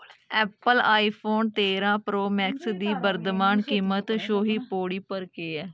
Apple iPhone तेरां Pro Max दी वर्तमान कीमत छोही पौड़ी पर केह् ऐ